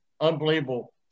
unbelievable